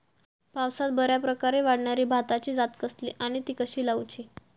पावसात बऱ्याप्रकारे वाढणारी भाताची जात कसली आणि ती कशी लाऊची?